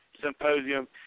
Symposium